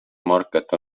market